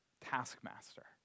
taskmaster